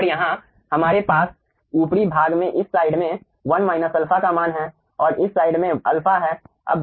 और यहाँ हमारे पास ऊपरी भाग में इस साइड में 1 α का मान है और इस साइड में α है